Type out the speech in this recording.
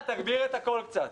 אנחנו רואים לפי דוחות טאליס,